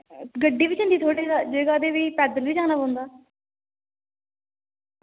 गड्डी बी जंदी थोह्ड़ी जगह ते भी पैदल बी जाना पौंदा